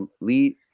Lee